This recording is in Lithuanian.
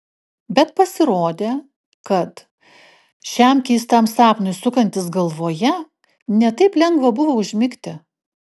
bet pasirodė kad šiam keistam sapnui sukantis galvoje ne taip lengva buvo užmigti